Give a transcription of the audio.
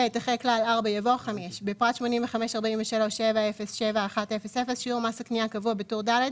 אחרי כלל 4 יבוא: "5 בפרט 85.43.707100 שיעור מס הקנייה הקבוע בטור ד'